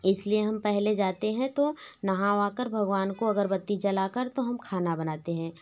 इसलिए हम पहले जाते है तो नहा वहा कर भगवान को अगरबत्ती जला कर तो हम खाना बनाते है